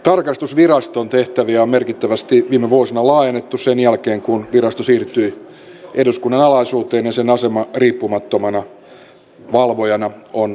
tarkastusviraston tehtäviä on merkittävästi viime vuosina laajennettu sen jälkeen kun virasto siirtyi eduskunnan alaisuuteen ja sen asema riippumattomana valvojana on vahvistunut